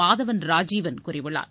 மாதவன் ராஜீவன் கூறியுள்ளார்